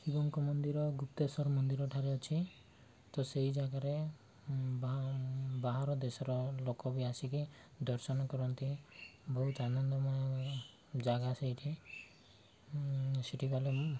ଶିବଙ୍କ ମନ୍ଦିର ଗୁପ୍ତେଶ୍ଵର ମନ୍ଦିରଠାରେ ଅଛି ତ ସେଇ ଜାଗାରେ ବାହା ବାହାର ଦେଶର ଲୋକ ବି ଆସିକି ଦର୍ଶନ କରନ୍ତି ବହୁତ ଆନନ୍ଦମୟ ଜାଗା ସେଇଠି ସେଠି ଗଲେ